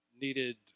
needed